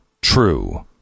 true